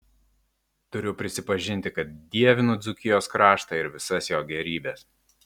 turiu prisipažinti kad dievinu dzūkijos kraštą ir visas jo gėrybes